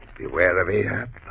beware of ahab